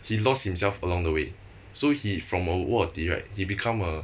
he lost himself along the way so he from a 卧底 right he become a